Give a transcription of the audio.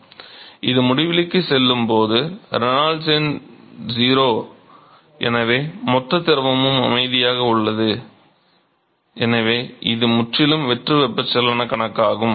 எனவே இது முடிவிலிக்கு செல்லும் போது ரெனால்ட்ஸ் எண் 0 எனவே மொத்த திரவமும் அமைதியாக உள்ளது எனவே இது முற்றிலும் வெற்று வெப்பச்சலன கணக்காகும்